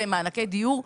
במענקי דיור,